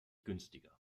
günstiger